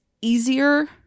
easier